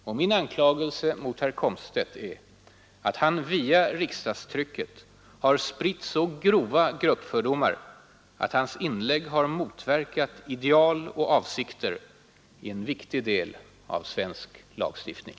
Och min anklagelse mot herr Komstedt är att han via riksdagstrycket spritt så grova gruppfördomar att hans inlägg har motverkat ideal och avsikter i en viktig del av svensk lagstiftning.